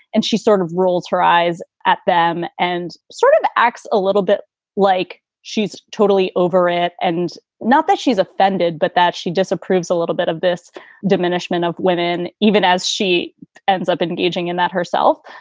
and she sort of rolls her eyes at them and sort of acts a little bit like she's totally over it. and not that she's offended, but that she disapproves a little bit of this diminishment of women, even as she ends up engaging in that herself.